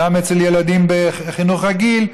גם אצל ילדים בחינוך רגיל.